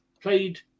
Played